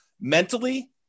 mentally